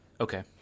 Okay